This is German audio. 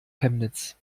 chemnitz